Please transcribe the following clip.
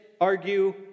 argue